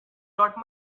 not